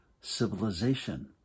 civilization